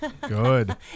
Good